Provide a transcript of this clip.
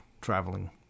traveling